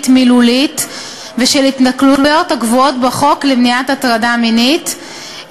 מילולית ושל התנכלויות הקבועות בחוק למניעת הטרדה מינית,